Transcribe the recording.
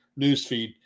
newsfeed